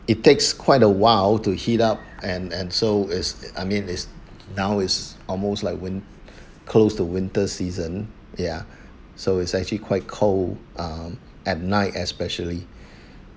it takes quite a while to heat up and and so is I mean is now is almost like win~ close to winter season ya so it's actually quite cold ah night especially